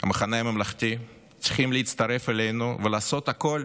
המחנה הממלכתי, צריכים להצטרף אלינו ולעשות הכול,